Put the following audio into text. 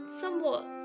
somewhat